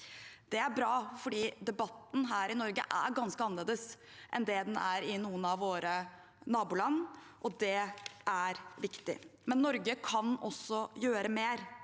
Det er bra fordi debatten her i Norge er ganske annerledes enn den er i noen av våre naboland, og det er viktig. Men Norge kan også gjøre mer.